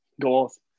Goals